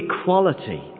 equality